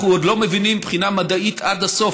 אנחנו עוד לא מבינים מבחינה מדעית עד הסוף,